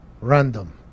random